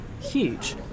huge